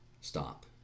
stop